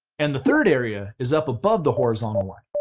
and the third area is up above the horizontal line.